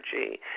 energy